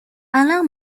alain